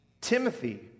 Timothy